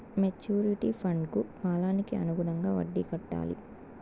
maturity ఫండ్కు కాలానికి అనుగుణంగా వడ్డీ కట్టాలి